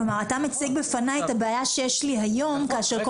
כלומר אתה מציג בפניי את הבעיה שיש לי היום כאשר כל